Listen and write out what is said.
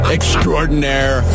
Extraordinaire